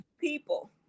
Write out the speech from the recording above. people